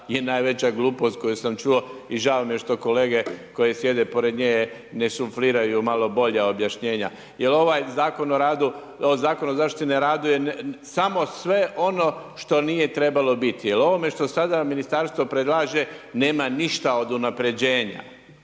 je najveća glupost koju sam čuo i žao mi je što kolege koji sjede pored nje ne sufliraju joj malo bolja objašnjenja jer ovaj Zakon o zaštiti na radu je samo sve ono što nije trebalo biti jer ovo što sada ministarstvo predlaže, nema ništa od unaprjeđenja